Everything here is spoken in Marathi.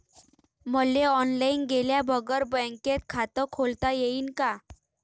मले ऑनलाईन गेल्या बगर बँकेत खात खोलता येईन का?